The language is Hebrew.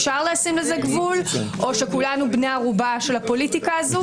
אפשר לשים לזה גבול או שכולנו בני ערובה של הפוליטיקה הזאת?